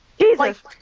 jesus